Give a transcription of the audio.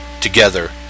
together